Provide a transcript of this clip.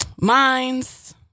minds